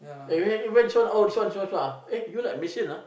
eh where this one oh this one this one this one eh you like machine ah